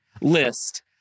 list